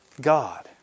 God